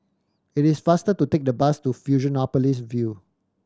it is faster to take the bus to Fusionopolis View